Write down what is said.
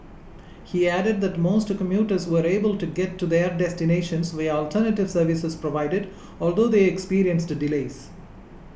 he added that most commuters were able to get to their destinations via alternative services provided although they experienced delays